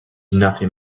nothing